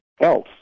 else